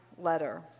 letter